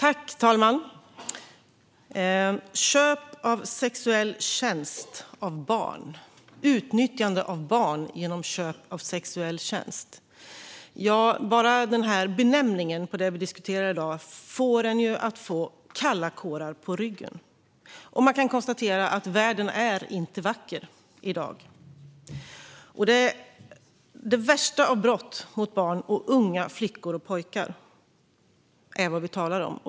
Fru talman! Köp av sexuell tjänst av barn - utnyttjande av barn genom köp av sexuell tjänst - bara benämningen på det vi diskuterar i dag ger en kalla kårar på ryggen, och man kan konstatera att världen inte är vacker. Detta är det värsta av brott mot barn och mot unga flickor och pojkar.